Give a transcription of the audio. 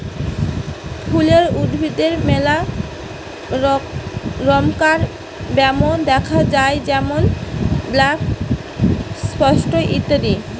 ফুলের উদ্ভিদে মেলা রমকার ব্যামো দ্যাখা যায় যেমন ব্ল্যাক স্পট ইত্যাদি